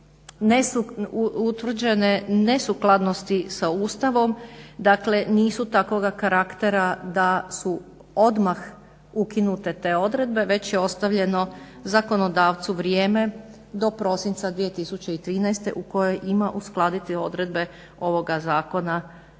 rekao. Utvrđene nesukladnosti sa Ustavom nisu takvoga karaktera da su odmah ukinute te odredbe već je ostavljeno zakonodavcu vrijeme do prosinca 2013. u kojem ima uskladiti odredbe ovoga zakona sa